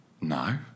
No